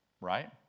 Right